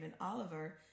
Oliver